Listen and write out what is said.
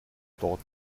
dort